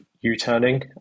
u-turning